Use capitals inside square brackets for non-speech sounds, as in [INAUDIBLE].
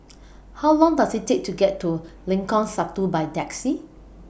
[NOISE] How Long Does IT Take to get to Lengkong Satu By Taxi